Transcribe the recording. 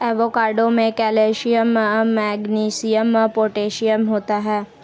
avocado में calcium magnesium potassium होता है